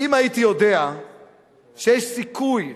אם הייתי יודע שיש סיכוי,